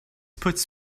puts